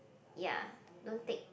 ya don't take